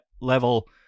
level